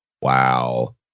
Wow